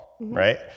right